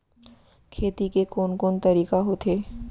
खेती के कोन कोन तरीका होथे?